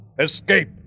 escape